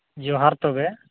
ᱡᱚᱦᱟᱨ ᱛᱚᱵᱮ